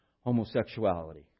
homosexuality